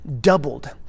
doubled